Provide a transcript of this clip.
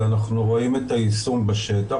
ואנחנו רואים את היישום בשטח.